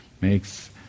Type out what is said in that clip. makes